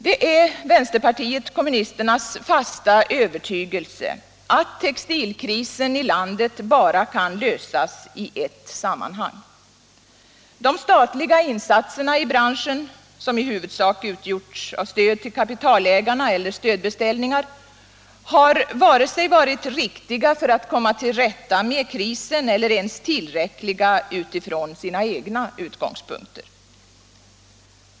Det är vänsterpartiet kommunisternas fasta övertygelse att textilkrisen i landet bara kan lösas i ett sammanhang. De statliga insatserna i branschen — som i huvudsak utgjorts av stöd till kapitalägarna eller stödbeställningar — har varken varit riktiga för att komma till rätta med krisen eller ens tillräckliga utifrån deras egna utgångspunkter.